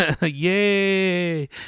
Yay